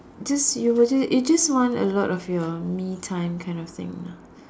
just you wouldn't it just want a lot of your me time that kind of thing lah